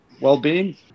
well-being